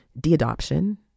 De-adoption